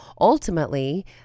ultimately